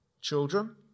Children